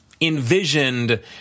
Envisioned